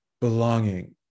belonging